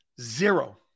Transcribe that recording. zero